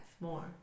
more